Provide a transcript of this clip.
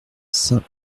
saint